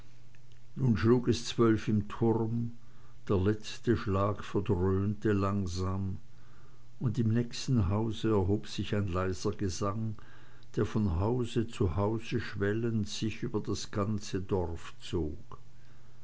nun schlug es zwölf im turm der letzte schlag verdröhnte langsam und im nächsten hause erhob sich ein leiser gesang der von hause zu hause schwellend sich über das ganze dorf zog